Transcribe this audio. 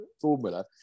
formula